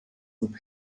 und